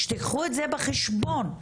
שתיקחו את זה בחשבון.